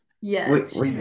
yes